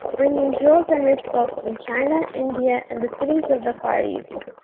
bringing jewels and rich silks from china, india, and the cities of the far east.